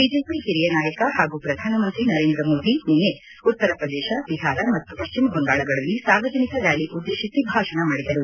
BJP ಹಿರಿಯ ನಾಯಕ ಹಾಗೂ ಪ್ರಧಾನಮಂತ್ರಿ ನರೇಂದ್ರ ಮೋದಿ ನಿನ್ನೆ ಉತ್ತರಪ್ರದೇಶ ಬಿಹಾರ ಮತ್ತು ಪಶ್ಚಿಮ ಬಂಗಾಳಗಳಲ್ಲಿ ಸಾರ್ವಜನಿಕ ರ್ಕಾಲಿ ಉದ್ದೇಶಿಸಿ ಭಾಷಣ ಮಾಡಿದರು